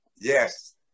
Yes